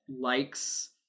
likes